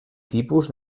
tipus